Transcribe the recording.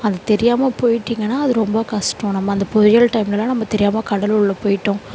அது தெரியாமல் போய்விட்டிங்கன்னா அது ரொம்ப கஷ்டம் நம்ம அந்த புயல் டைம்லெல்லாம் நம்ம தெரியாமல் கடல் உள்ளே போய்விட்டோம்